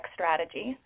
Strategy